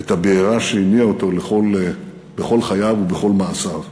את הבעירה שהניעה אותו בכל חייו ובכל מעשיו.